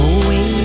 away